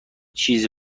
چیزی